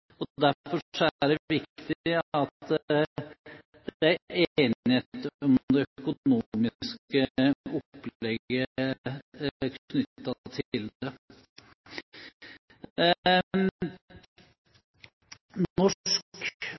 Derfor er det viktig at det er enighet om det økonomiske opplegget knyttet til